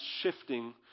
shifting